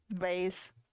raise